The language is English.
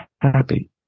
happy